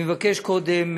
אני מבקש קודם,